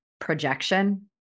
projection